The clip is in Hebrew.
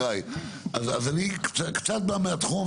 אז אני קצת בא מהתחום,